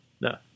No